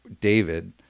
David